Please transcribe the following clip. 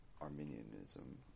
Arminianism